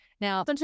Now